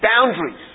boundaries